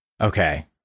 Okay